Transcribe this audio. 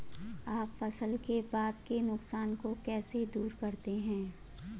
आप फसल के बाद के नुकसान को कैसे दूर करते हैं?